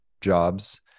jobs